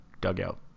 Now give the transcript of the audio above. dugout